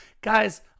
Guys